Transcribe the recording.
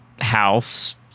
house